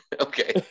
Okay